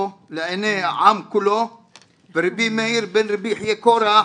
לעיני העם כולו ור' מאיר בן ר' יחיא קורח,